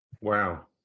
Wow